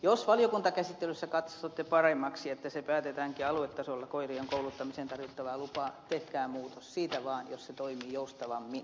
jos valiokuntakäsittelyssä katsotte paremmaksi että se koirien kouluttamiseen tarvittavaa lupa päätetäänkin aluetasolla tehkää muutos siitä vaan jos se toimii joustavammin